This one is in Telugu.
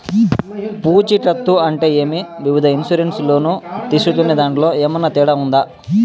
పూచికత్తు అంటే ఏమి? వివిధ ఇన్సూరెన్సు లోను తీసుకునేదాంట్లో ఏమన్నా తేడా ఉందా?